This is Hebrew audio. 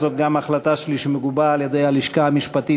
זאת החלטה שלי שמגובה גם על-ידי הלשכה המשפטית,